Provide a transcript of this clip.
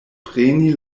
preni